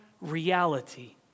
reality